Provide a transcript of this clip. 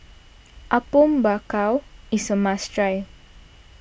Apom Berkuah is a must try